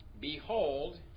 Behold